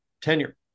tenure